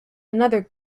another